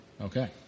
Okay